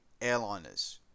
airliners